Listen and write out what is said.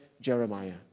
Jeremiah